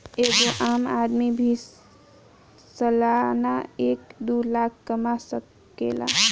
एगो आम आदमी भी सालाना एक दू लाख कमा सकेला